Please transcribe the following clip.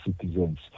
citizens